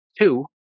two